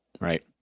right